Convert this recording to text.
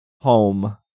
Home